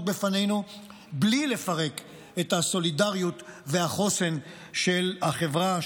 בפנינו בלי לפרק את הסולידריות והחוסן של החברה,